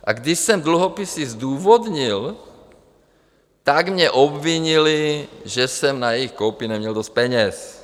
A když jsem dluhopisy zdůvodnil, tak mě obvinili, že jsem na jejich koupi neměl dost peněz.